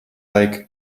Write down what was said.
like